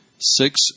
six